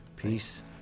Peace